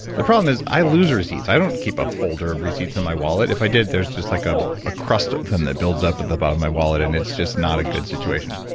the problem is i lose receipts. i don't keep a folder of receipts in my wallet. if i did, there's just like ah a crust then that builds up at the bottom of my wallet and it's just not a good situation.